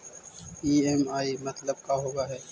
EMI मतलब का होब हइ?